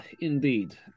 indeed